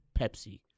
Pepsi